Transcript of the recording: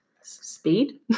speed